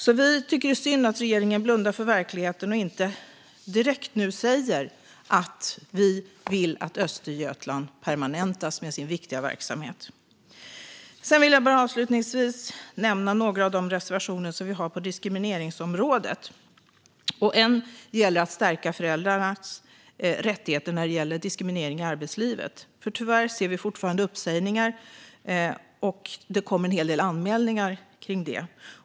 Det är synd att regeringen blundar för verkligheten och inte nu direkt säger att man vill att denna viktiga verksamhet i Östergötland permanentas. Jag vill nämna några av de reservationer som vi har på diskrimineringsområdet. En gäller att stärka föräldrars rättigheter när det gäller diskriminering i arbetslivet. Tyvärr ser vi fortfarande uppsägningar, och det kommer en hel del anmälningar kring det.